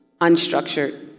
unstructured